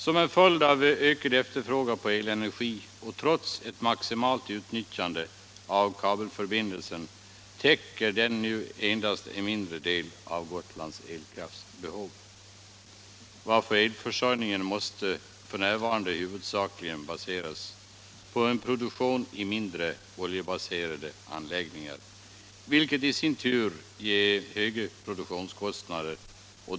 Som en följd av ökad efterfrågan på elenergi och trots ett maximalt utnyttjande av kabelförbindelsen täcker den nu endast en mindre del av Gotlands elkraftbehov. Elförsörjningen måste därför f. n. huvudsakligen baseras på produktion i oljebaserade mindre anläggningar, vilket i sin tur ger höga produktionskostnader.